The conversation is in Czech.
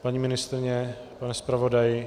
Paní ministryně, pane zpravodaji?